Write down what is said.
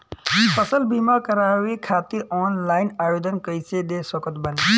फसल बीमा करवाए खातिर ऑनलाइन आवेदन कइसे दे सकत बानी?